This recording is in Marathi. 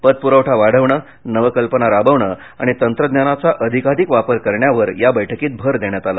पतपुरवठा वाढवणंनवकल्पना राबवणं आणि तंत्रज्ञानाचा अधिकाधिक वापर करण्यावर या बैठकीत भर देण्यात आला